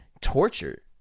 torture